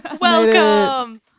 Welcome